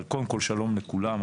אבל קודם כל שלום לכולם,